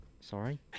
Sorry